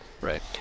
Right